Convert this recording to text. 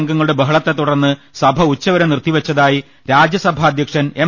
അംഗങ്ങളുടെ ബഹളത്തെത്തുടർന്ന് സഭ ഉച്ചവരെ നിർത്തിവെച്ചതായി രാജ്യസഭാ അധ്യ ക്ഷൻ എം